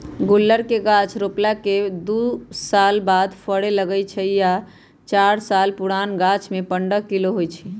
गुल्लर के गाछ रोपला के दू साल बाद फरे लगैए छइ आ चार पाच साल पुरान गाछमें पंडह किलो होइ छइ